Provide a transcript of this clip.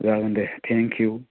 जागोन दे थेंकिउ